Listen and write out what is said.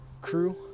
crew